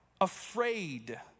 afraid